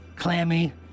clammy